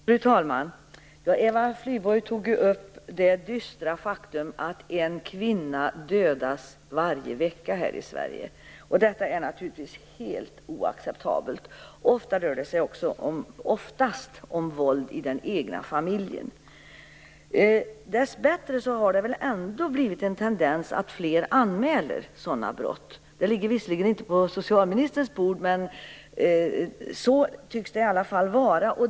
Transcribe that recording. Herr talman! Eva Flyborg tog upp det dystra faktum att en kvinna dödas varje vecka i Sverige. Detta är naturligtvis helt oacceptabelt. Oftast rör det sig om våld i den egna familjen. Dessbättre har det ändå blivit en tendens att fler anmäler sådana brott. Detta ligger visserligen inte på socialministerns bord men så tycks det i alla fall vara.